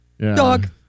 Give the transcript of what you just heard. Dog